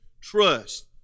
trust